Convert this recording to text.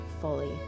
fully